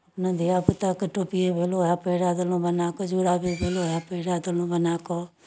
जेना धियापुताके टोपिए भेल उएह पहिरा देलहुँ बना कऽ जुराबे भेल उएह पहिरा देलहुँ बना कऽ